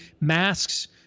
masks